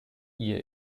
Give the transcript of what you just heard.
ihr